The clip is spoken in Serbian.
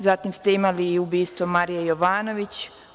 Zatim ste imali i ubistvo Marije Jovanović.